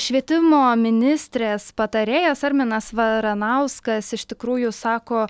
švietimo ministrės patarėjas arminas varanauskas iš tikrųjų sako